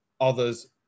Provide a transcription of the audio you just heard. others